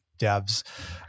devs